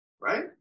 right